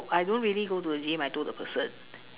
I don't really go to the gym I told the person